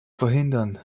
verhindern